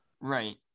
Right